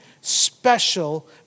special